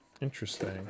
Interesting